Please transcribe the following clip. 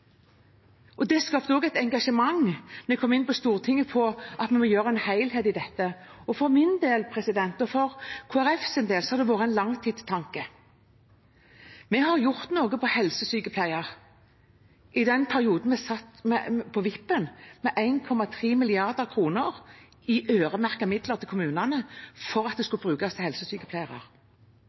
Det skapte også et engasjement da jeg kom inn på Stortinget, på at vi må få en helhet i dette, og for min del, og for Kristelig Folkepartis del, har det vært en lang tids tanke. Vi har gjort noe innen helsesykepleiere: I den perioden vi satt på vippen, fikk kommunene 1,3 mrd. kr i øremerkede midler til helsesykepleiere. Og til representanten fra Senterpartiet har jeg lyst til